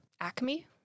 ACME